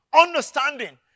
Understanding